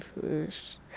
first